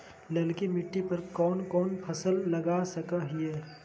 ललकी मिट्टी पर कोन कोन फसल लगा सकय हियय?